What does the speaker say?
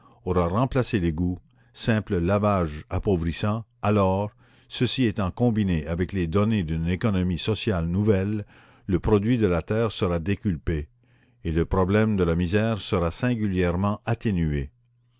qu'il prend aura remplacé l'égout simple lavage appauvrissant alors ceci étant combiné avec les données d'une économie sociale nouvelle le produit de la terre sera décuplé et le problème de la misère sera singulièrement atténué